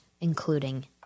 including